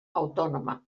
autònoma